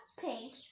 pink